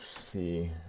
See